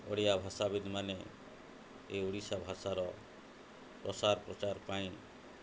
ଓଡ଼ିଆ ଭାଷାବିତ୍ ମାନେ ଏଇ ଓଡ଼ିଶା ଭାଷାର ପ୍ରସାର ପ୍ରଚାର ପାଇଁ